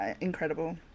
incredible